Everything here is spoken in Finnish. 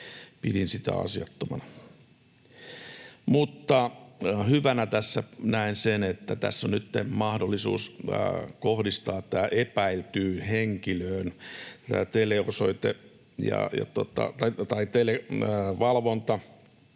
Pidin sitä asiattomana. Mutta hyvänä tässä näen sen, että tässä on nytten mahdollisuus kohdistaa epäiltyyn henkilöön tämä televalvonta,